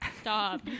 Stop